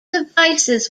devices